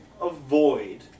avoid